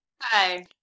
Hi